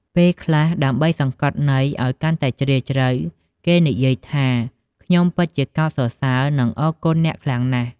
ពេលខ្លះដើម្បីសង្កត់ន័យឱ្យកាន់តែជ្រាលជ្រៅ គេនិយាយថា ខ្ញុំពិតជាកោតសរសើរ និងអរគុណអ្នកខ្លាំងណាស់។